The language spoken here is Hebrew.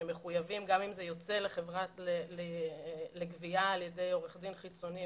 שמחויבים גם אם זה יוצא לגבייה על ידי עורך דין חיצוני,